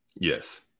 Yes